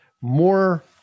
more